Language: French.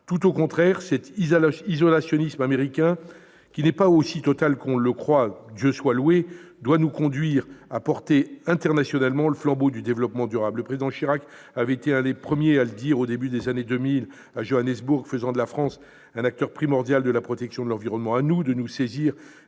Tout au contraire, cet isolationnisme américain, qui n'est pas aussi total qu'on le croit- Dieu soit loué !-, doit nous conduire à porter internationalement le flambeau du développement durable. Le président Chirac avait été l'un des premiers à le dire au début des années deux mille, à Johannesburg, faisant de la France un acteur primordial de la protection de l'environnement.